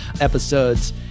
episodes